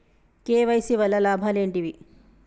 KYC వల్ల లాభాలు ఏంటివి?